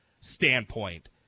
standpoint